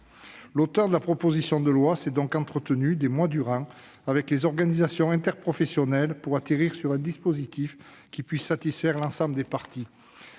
L'auteur de la proposition de loi s'est donc entretenu, des mois durant, avec les organisations interprofessionnelles, afin d'aboutir à un dispositif qui puisse satisfaire l'ensemble des parties.